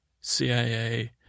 CIA